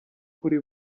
kuri